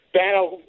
battle